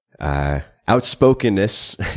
outspokenness